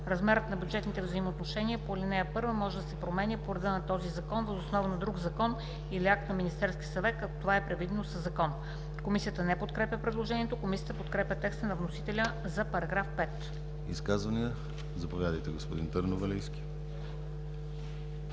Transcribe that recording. Размерът на бюджетните взаимоотношения по ал. 1 може да се променя по реда на този закон въз основа на друг закон или акт на Министерския съвет, ако това е предвидено със закон.” Комисията не подкрепя предложението. Комисията подкрепя текста на вносителя за § 5. ПРЕДСЕДАТЕЛ ДИМИТЪР ГЛАВЧЕВ: Изказвания? Заповядайте, господин Търновалийски.